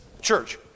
church